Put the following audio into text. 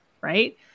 Right